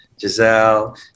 Giselle